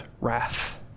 wrath